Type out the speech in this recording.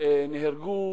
נהרגו